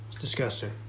disgusting